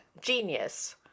genius